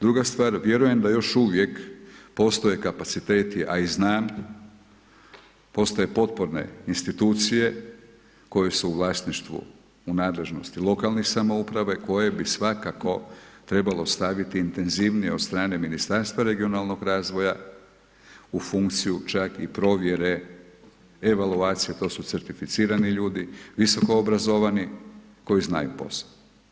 Druga stvar, vjerujem da još uvijek postoje kapaciteti, a i znam, postoje potporne institucije koje su u vlasništvu, u nadležnosti lokalnih samouprave koje bi svakako trebalo staviti intenzivnije od strane Ministarstva regionalnoga razvoja u funkciju čak i provjere evaluacije, to su certificirani ljudi, visoko obrazovani koji znaju posao.